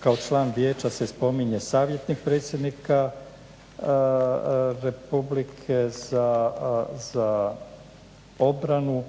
kao član vijeća se spominje savjetnik predsjednika Republike za obranu,